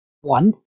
One